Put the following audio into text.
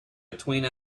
between